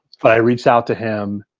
but i reached out to him,